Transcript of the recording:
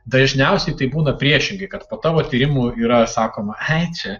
dažniausiai tai būna priešingai kad po tavo tyrimų yra sakoma ai čia